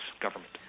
government